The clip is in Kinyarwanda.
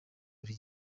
buri